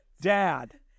dad